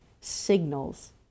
signals